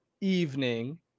evening